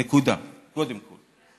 נקודה, קודם כול.